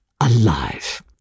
alive